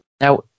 Now